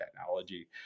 technology